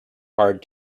hard